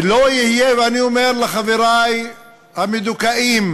ואני אומר לחברי המדוכאים